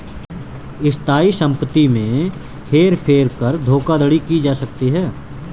स्थायी संपत्ति में हेर फेर कर धोखाधड़ी की जा सकती है